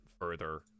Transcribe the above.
further